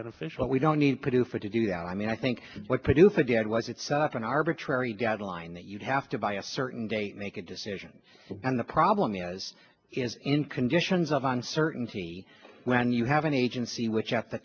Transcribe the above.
beneficial but we don't need to do for to do that i mean i think what produce a dad was it's an arbitrary deadline that you have to buy a certain date make a decision and the problem the as is in conditions of uncertainty when you have an agency which at the